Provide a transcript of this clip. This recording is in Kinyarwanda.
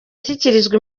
ashyikirizwa